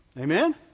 Amen